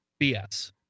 BS